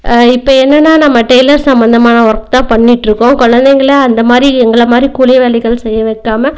இப்போ என்னென்னா நம்ம டைலர் சம்மந்தமான வொர்க் தான் பண்ணிட்டிருக்கோம் குழந்தைங்கள அந்த மாதிரி எங்களை மாதிரி கூலி வேலைகள் செய்ய வைக்காமல்